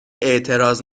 اعتراض